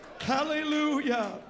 Hallelujah